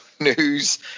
news